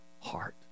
heart